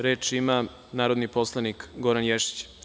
Reč ima narodni poslanik Goran Ješić.